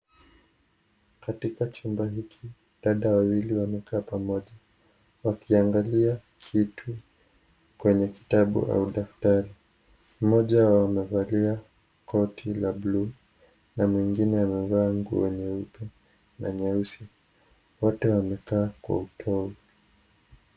Katika chumba hiki, dada wawili wamekaa pamoja. Wakiangalia kitu kwenye kitabu au daftari. Mmoja wao amevalia koti la bluu na mwingine amevaa nguo nyeupa na nyeusi. Wote wamekaa kwa utovu.